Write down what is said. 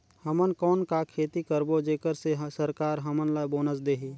हमन कौन का खेती करबो जेकर से सरकार हमन ला बोनस देही?